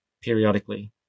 periodically